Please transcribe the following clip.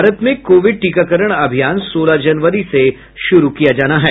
भारत में कोविड टीकाकरण अभियान सोलह जनवरी से शुरू किया जाना है